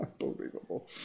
Unbelievable